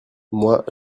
moi